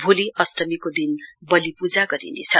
भोलि अष्टमिको दिन बलिपूजा गरिनेछ